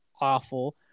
awful